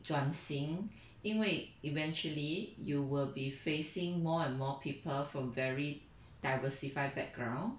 转型因为 eventually you will be facing more and more people from very diversified backgrounds